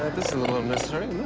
a little unnecessary.